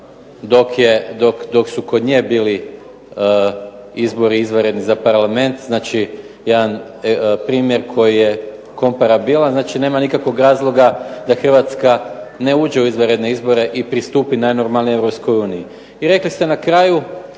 dok su kod nje bili izbori izvanredni za Parlament, znači jedan primjer koji je komparabilan, znači nema nikakvog razloga da Hrvatska ne uđe u izvanredne izbore i pristupi najnormalnije Europskoj uniji. I rekli ste na kraju